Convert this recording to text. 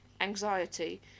anxiety